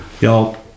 Y'all